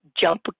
jump